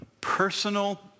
personal